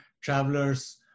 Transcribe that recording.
travelers